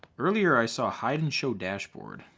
earlier i saw a hide and show dashboard.